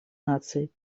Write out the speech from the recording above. наций